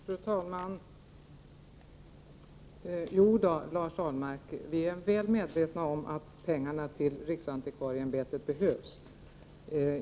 Fru talman! Jo då, Lars Ahlmark, vi är väl medvetna om att pengarna till riksantikvarieämbetet behövs.